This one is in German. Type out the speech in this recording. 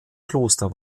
kloster